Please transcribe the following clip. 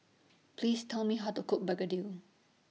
Please Tell Me How to Cook Begedil